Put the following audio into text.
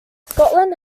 scotland